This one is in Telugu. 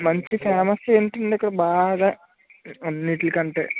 మంచి ఫేమస్ ఏంటుంది ఇక్కడ బాగా అన్నింటికంటే